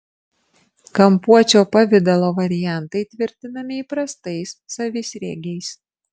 kampuočio pavidalo variantai tvirtinami įprastais savisriegiais